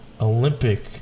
Olympic